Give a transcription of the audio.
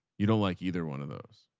you don't like either one of those.